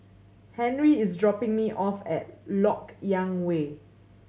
Henri is dropping me off at Lok Yang Way